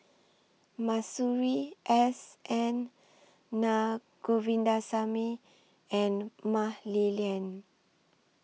Masuri S N Naa Govindasamy and Mah Li Lian